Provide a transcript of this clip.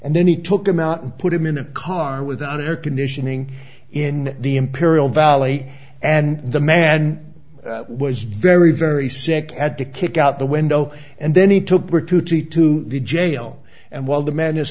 and then he took him out and put him in a car without air conditioning in the imperial valley and the man was very very sick had to kick out the window and then he took bertuzzi to the jail and while the man is